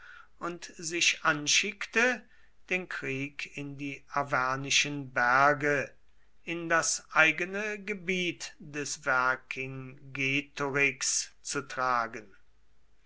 und sich anschickte den krieg in die arvernischen berge das eigene gebiet des vercingetorix zu tragen